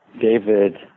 David